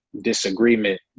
disagreement